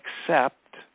accept